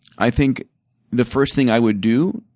i think the first thing i would do,